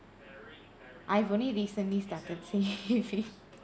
I've only recently started saving